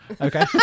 okay